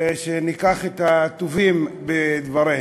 ושניקח את הטוב בדבריהם.